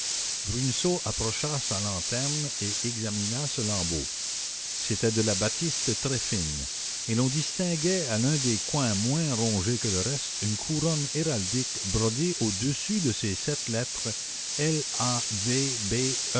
bruneseau approcha sa lanterne et examina ce lambeau c'était de la batiste très fine et l'on distinguait à l'un des coins moins rongé que le reste une couronne héraldique brodée au-dessus de ces sept lettres lavbesp la